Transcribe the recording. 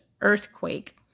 earthquake